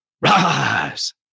rise